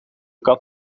kat